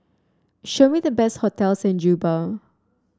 show me the best hotels in Juba